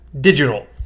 digital